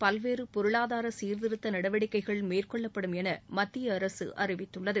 பல்வேறு பொருளாதார சீர்திருத்த நடவடிக்கைகள் மேற்கொள்ளப்படும் என மத்திய அரசு அறிவித்துள்ளது